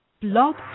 Blog